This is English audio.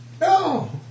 No